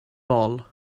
bol